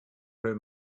her